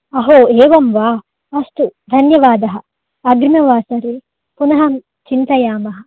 अहो एवं वा अस्तु धन्यवादः अग्रिमे वासरे पुनः चिन्तयामः